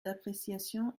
d’appréciation